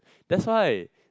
that's why